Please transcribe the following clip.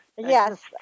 Yes